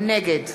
נגד